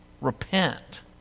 Repent